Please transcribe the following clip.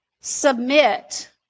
Submit